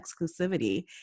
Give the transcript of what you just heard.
exclusivity